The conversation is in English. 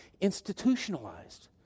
institutionalized